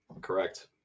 Correct